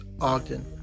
Ogden